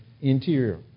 interior